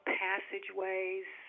passageways